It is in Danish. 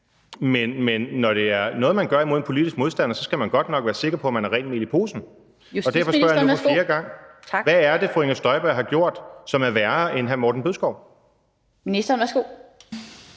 Men når det er noget, man gør imod en politisk modstander, skal man godt nok være sikker på, at man har rent mel i posen. Derfor spørger jeg for fjerde gang: Hvad er det, fru Inger Støjberg har gjort, som er værre, end hr. Morten Bødskov har gjort? Kl.